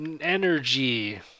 energy